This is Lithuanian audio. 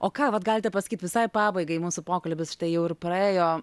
o ką vat galite pasakyt visai pabaigai mūsų pokalbis štai jau ir praėjo